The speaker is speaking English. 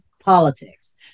politics